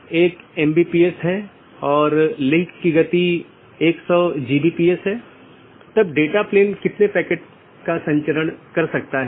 इसलिए अगर हम फिर से इस आंकड़े पर वापस आते हैं तो यह दो BGP स्पीकर या दो राउटर हैं जो इस विशेष ऑटॉनमस सिस्टमों के भीतर राउटरों की संख्या हो सकती है